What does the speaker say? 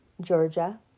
Georgia